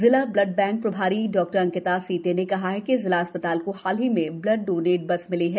जिला blood bank प्रभारी डॉ अंकिता सीते ने कहा कि जिला अस्पताल को हाल ही में ब्लड डोनेट बस मिली है